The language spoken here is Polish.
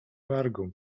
wargą